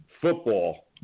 football